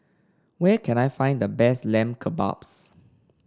where can I find the best Lamb Kebabs